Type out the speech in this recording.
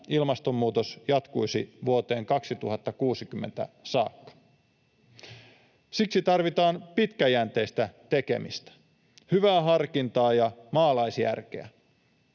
ilmastonmuutos jatkuisi vuoteen 2060 saakka. Siksi tarvitaan pitkäjänteistä tekemistä, hyvää harkintaa ja maalaisjärkeä.